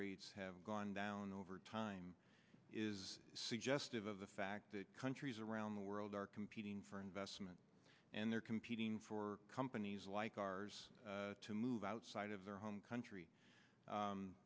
rates have gone down over time is suggestive of the fact that countries around the world are competing for investment and they're competing for companies like ours to move outside of their home country